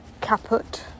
caput